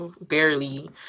Barely